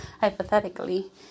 hypothetically